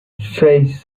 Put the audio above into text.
seis